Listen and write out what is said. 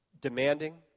demanding